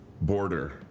border